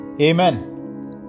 Amen